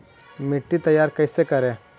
मिट्टी तैयारी कैसे करें?